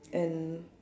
and